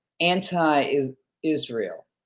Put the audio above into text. anti-Israel